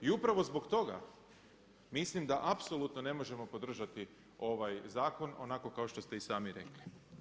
I upravo zbog toga mislim da apsolutno ne možemo podržati ovaj zakon onako kao što ste i sami rekli.